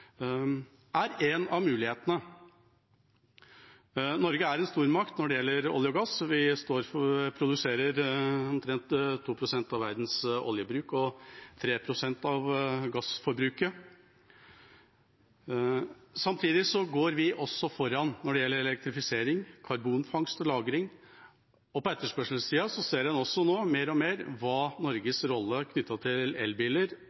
er en av mulighetene. Norge er en stormakt når det gjelder olje og gass. Vi produserer omtrent 2 pst. av verdens oljebruk og 3 pst. av gassforbruket. Samtidig går vi foran når det gjelder elektrifisering, karbonfangst og -lagring, og på etterspørselssida ser en nå mer og mer hva Norges rolle knyttet til elbiler